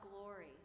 glory